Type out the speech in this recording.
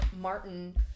Martin